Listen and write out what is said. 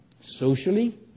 socially